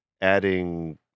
adding